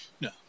No